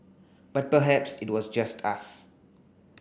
but perhaps it was just us